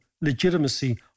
legitimacy